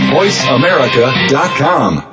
voiceamerica.com